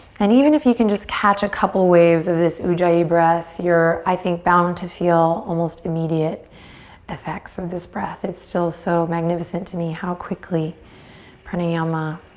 and even if you can catch a couple waves of this ujjayi breath, you're, i think, bound to feel almost immediate effects of this breath. it's still so magnificent to me how quickly pranayama,